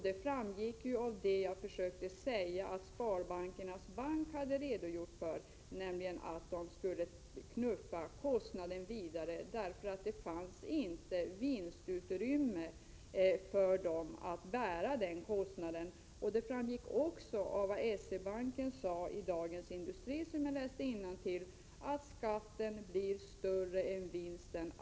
Det framgick också av det som jag försökte säga att Sparbankernas bank hade redogjort för, nämligen att man skulle knuffa kostnaden vidare därför att det inte fanns något vinstutrymme för banken att bära den. Det framgick också av vad S-E-banken sade i Dagens Industri, som jag läste innantill ur, att skatten blir större än vinsten.